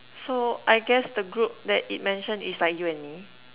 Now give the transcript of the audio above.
so I guess the group that it mention is like you and me